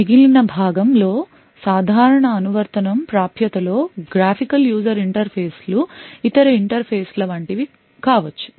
మిగిలిన భాగం లో సాధారణ అనువర్తనం ప్రాప్యత లో గ్రాఫికల్ యూజర్ ఇంటర్ఫేస్లు ఇతర ఇంటర్ఫేస్ల వంటి వి కావచ్చు